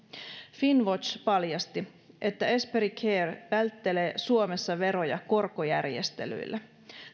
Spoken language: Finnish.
finnwatch paljasti että esperi care välttelee suomessa veroja korkojärjestelyillä